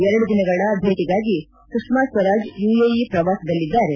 ಎರಡು ದಿನಗಳ ಭೇಟಗಾಗಿ ಸುಷ್ಮಾ ಸ್ವರಾಜ್ ಯುಎಇ ಪ್ರವಾಸದಲ್ಲಿದ್ದಾರೆ